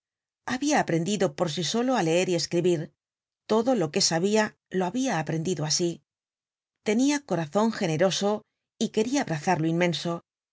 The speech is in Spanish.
habia aprendido por sí solo á leer y escribir todo lo que sabia lo habia aprendido asi tenia corazon generoso y queria abrazar lo inmenso